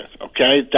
okay